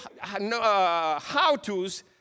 how-tos